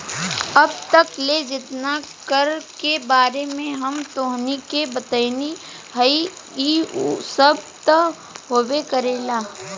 अब तक ले जेतना कर के बारे में हम तोहनी के बतइनी हइ उ सब त होबे करेला